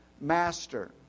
master